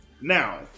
now